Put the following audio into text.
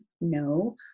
no